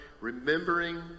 remembering